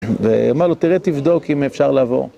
ואמר לו תראה תבדוק אם אפשר לבוא